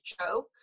joke